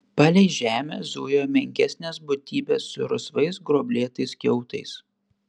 palei žemę zujo menkesnės būtybės su rusvais gruoblėtais kiautais